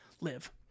live